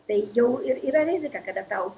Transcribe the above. tai jau ir yra rizika kada tau